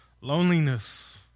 loneliness